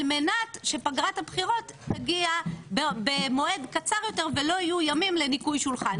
מנת שפגרת הבחירות תגיע במועד קצר יותר ולא יהיו ימים לניקוי שולחן.